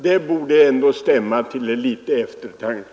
Det borde ändå stämma till litet eftertanke.